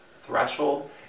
threshold